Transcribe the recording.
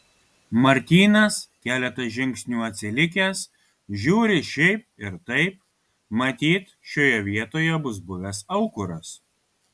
martynas keletą žingsnių atsilikęs žiūri šiaip ir taip matyt šioje vietoje bus buvęs aukuras